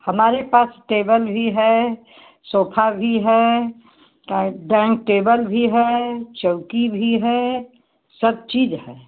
हमारे पास टेबल भी है सोफा भी है और डैंग टेबल भी है चौकी भी है सब चीज़ है